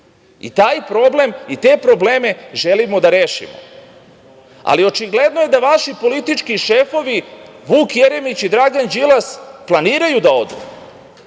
taj narod tište i te probleme želimo da rešimo. Ali, očigledno je da vaši politički šefovi, Vuk Jeremić i Dragan Đilas, planiraju da odu.